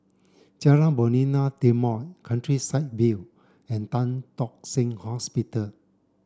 Jalan Novena Timor Countryside View and Tan Tock Seng Hospital